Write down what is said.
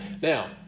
Now